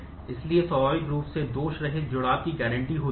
इसलिए स्वाभाविक रूप से दोषरहित जुड़ाव होगा